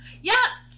Yes